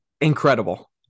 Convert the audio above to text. Incredible